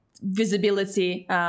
visibility